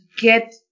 get